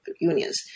unions